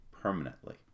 permanently